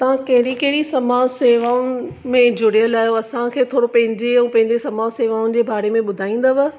तव्हां कहिड़ी कहिड़ी समाज सेवाऊं में जुड़ियल आहियो असांखे थोरो पंहिंजे ऐं पंहिंजे समाज सेवाऊं जे बारे में ॿुधाईंदव